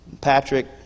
Patrick